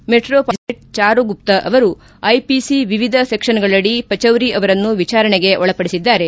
metro ಪಾಲಿಟನ್ magistrate Charu Gupta ಅವರು IPC ವಿವಿಧ ಸೆಕ್ಷನ್ಗಳಡಿ ಪಚೌರಿ ಅವರನ್ನು ವಿಚಾರಣೆಗೆ ಒಳಪಡಿಸಿದ್ದಾರೆ